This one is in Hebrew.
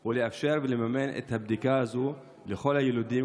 הוא לאפשר לממן את הבדיקה הזאת לכל היילודים,